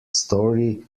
story